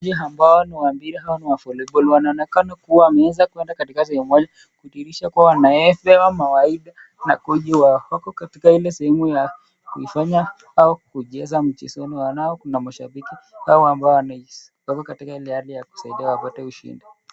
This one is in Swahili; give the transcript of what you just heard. Wa foliboli wanaonekana, luwa qameeza kuenda katika aehemu mahali kudihirisha kuwa wamepewa mawaidha na wako katika ile sehemu ya kuifanya, au kuijeza mjezo, kando yao kuna mashabiki wako katika ile hali ya kusaidia wapate ushindi.